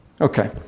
Okay